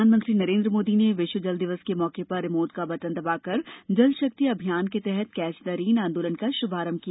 प्रधानमंत्री नरेन्द्र मोदी ने विश्व जल दिवस के मौके पर रिमोट का बटन दबाकर जल शक्ति अभियान के तहत कैच द रेन आंदोलन का शुभारंभ किया